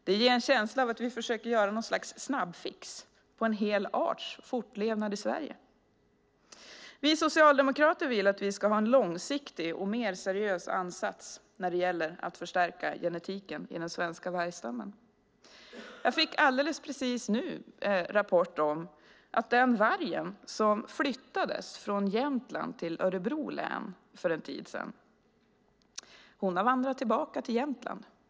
Det ger en känsla av att vi försöker göra något slags snabbfix på en hel arts fortlevnad i Sverige. Vi socialdemokrater vill att vi ska ha en långsiktig och mer seriös ansats när det gäller att förstärka genetiken i den svenska vargstammen. Jag fick alldeles nyss en rapport om att den varg som flyttades från Jämtland till Örebro län för en tid sedan har vandrat tillbaka till Jämtland.